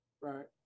Right